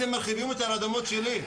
אתם מרחיבים אותי על האדמות שלי,